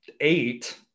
eight